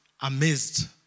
amazed